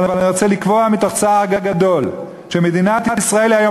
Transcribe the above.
אבל אני רוצה לקבוע מתוך צער גדול שמדינת ישראל היום